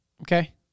Okay